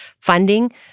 funding